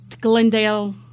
Glendale